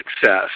success